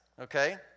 okay